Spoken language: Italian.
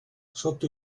sotto